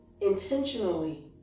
intentionally